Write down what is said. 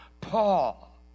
Paul